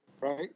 right